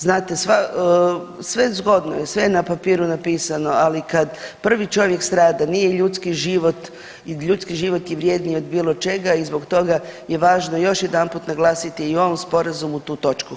Znate, sva, sve zgodno je, sve na papiru napisano, ali kad prvi čovjek strada, nije ljudski život, ljudski život je vrjedniji od bilo čega i zbog toga je važno još jedanput naglasiti i u ovom Sporazumu tu točku.